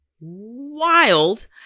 wild